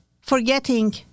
forgetting